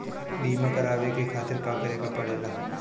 बीमा करेवाए के खातिर का करे के पड़ेला?